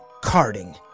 carding